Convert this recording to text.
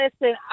Listen